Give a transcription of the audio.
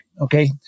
okay